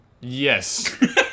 Yes